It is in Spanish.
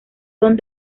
son